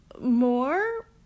more